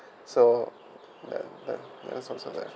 so ya ya ya also that